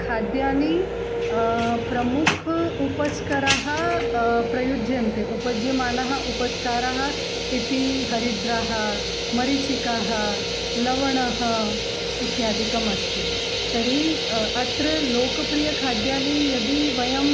खाद्यानि प्रमुख उपस्करः प्रयुज्यन्ते उपयुज्यमानः उपस्काराः इति हरिद्रा मरिचिका लवणम् इत्यादिकमस्ति तर्हि अत्र लोकप्रियखाद्यानि यदि वयं